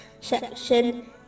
section